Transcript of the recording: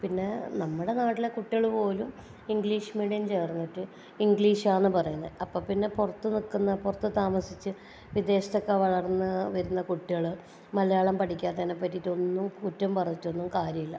പിന്നെ നമ്മുടെ നാട്ടിലെ കുട്ടികൾ പോലും ഇംഗ്ലീഷ് മീഡിയം ചേർന്നിട്ട് ഇംഗ്ലീഷ് ആണ് പറയുന്നത് അപ്പം പിന്നെ പുറത്ത് നിൽക്കുന്ന പുറത്ത് താമസിച്ച് വിദേശത്തൊക്കെ വളർന്ന് വരുന്ന കുട്ടികൾ മലയാളം പഠിയ്ക്കാത്തതിനെ പറ്റിയിട്ടൊന്നും കുറ്റം പറഞ്ഞിട്ടൊന്നും കാര്യമില്ല